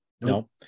no